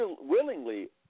willingly